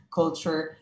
culture